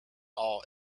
all